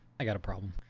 i got a problem.